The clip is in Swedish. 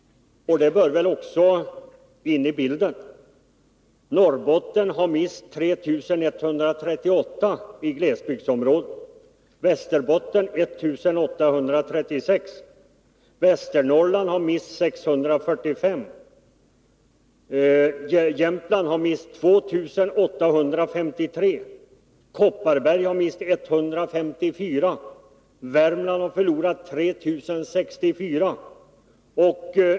Det bör väl också tas med i bilden. Norrbotten har mist 3 138 av de boende i glesbygdsområdet, Västerbotten har mist 1 836, Västernorrland 645, Jämtland 2 853, Kopparberg 154 och Värmland 3 064.